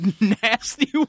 nasty